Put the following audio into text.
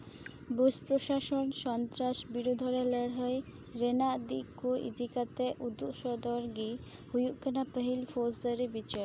ᱵᱩᱥ ᱯᱨᱚᱥᱟᱥᱚᱱ ᱥᱚᱱᱛᱨᱟᱥ ᱵᱤᱨᱩᱫᱷ ᱨᱮ ᱞᱟᱹᱲᱦᱟᱹᱭ ᱨᱮᱱᱟᱜ ᱫᱤᱠ ᱠᱚ ᱤᱫᱤ ᱠᱟᱛᱮᱫ ᱩᱫᱩᱜ ᱥᱚᱫᱚᱨ ᱜᱮ ᱦᱩᱭᱩᱜ ᱠᱟᱱᱟ ᱯᱟᱹᱦᱤᱞ ᱯᱷᱳᱡᱽᱫᱟᱹᱨᱤ ᱵᱤᱪᱟᱹᱨ